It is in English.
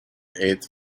eighth